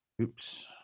Oops